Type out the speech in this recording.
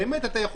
אתה יכול